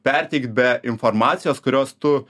perteikt be informacijos kurios tu